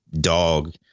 dog